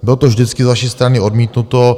Bylo to vždycky z vaší strany odmítnuto.